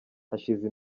hashize